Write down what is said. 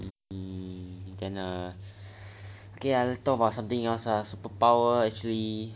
then uh okay lah let's talk about something else lah superpower actually